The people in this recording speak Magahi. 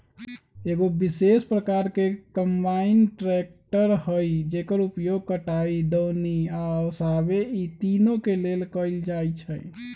एगो विशेष प्रकार के कंबाइन ट्रेकटर हइ जेकर उपयोग कटाई, दौनी आ ओसाबे इ तिनों के लेल कएल जाइ छइ